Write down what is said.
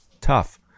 tough